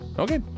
Okay